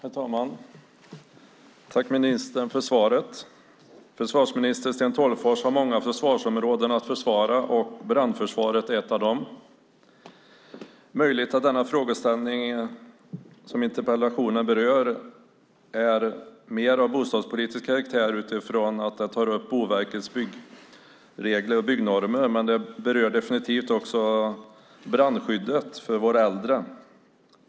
Herr talman! Jag tackar ministern för svaret. Försvarsminister Sten Tolgfors har många försvarsområden att försvara, och brandförsvaret är ett av dem. Det är möjligt att den frågeställning som interpellationen berör är mer av bostadspolitisk karaktär utifrån att den tar upp Boverkets byggregler och byggnormer, men den berör definitivt också brandskyddet för våra äldre.